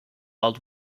old